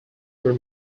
were